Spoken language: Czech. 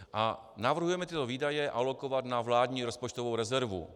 A navrhujeme tyto výdaje alokovat na vládní rozpočtovou rezervu.